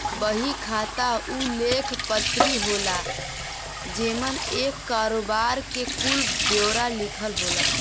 बही खाता उ लेख पत्री होला जेमन एक करोबार के कुल ब्योरा लिखल होला